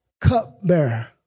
cupbearer